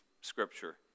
scripture